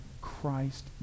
Christ